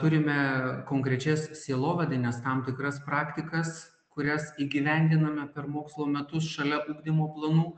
turime konkrečias sielovadines tam tikras praktikas kurias įgyvendiname per mokslo metus šalia ugdymo planų